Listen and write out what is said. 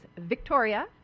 Victoria